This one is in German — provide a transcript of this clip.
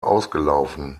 ausgelaufen